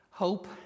Hope